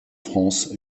france